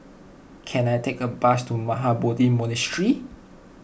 can I take a bus to Mahabodhi Monastery